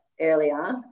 earlier